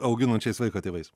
auginančiais vaiką tėvais